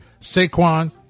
saquon